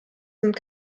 sind